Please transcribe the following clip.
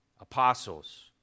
Apostles